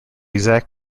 exact